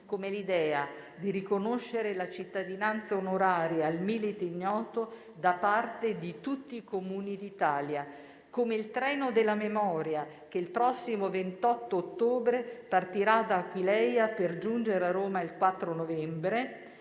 come l'idea di riconoscere la cittadinanza onoraria al milite ignoto da parte di tutti i Comuni d'Italia, come il Treno della memoria, che il prossimo 28 ottobre partirà da Aquileia per giungere a Roma il 4 novembre,